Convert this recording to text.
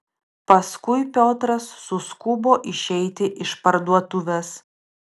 paskui piotras suskubo išeiti iš parduotuvės